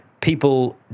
people